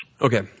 Okay